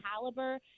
caliber